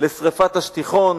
לשרפת השטיחון.